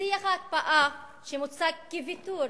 שיח ההקפאה שמוצג כוויתור